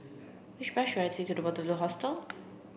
which bus should I take to Waterloo Hostel